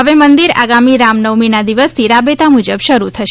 હવે મંદિર આગામી રામનવમીના દિવસથી રાબેતા મુજબ શરૂ થશે